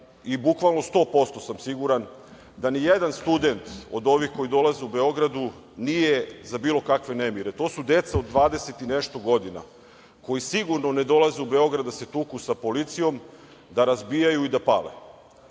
i bukvalno sto posto sam siguran da ni jedan student od ovih koji dolaze u Beograd nije za bilo kakve nemire. To su deca od dvadeset i nešto godina koji sigurno ne dolaze u Beograd da se tuku sa policijom, da razbijaju i da pale.